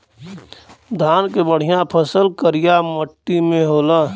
धान के बढ़िया फसल करिया मट्टी में होला